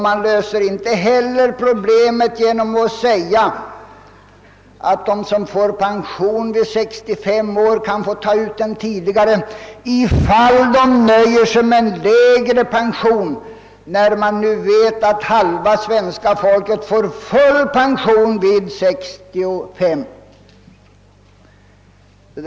Man löser det icke heller genom att säga att de som är berättigade till pension vid 65 år kan få ta ut den tidigare, om de nöjer sig med en lägre pension. Vi vet ju att halva svenska folket får full pension vid 67 års ålder.